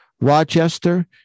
Rochester